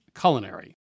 culinary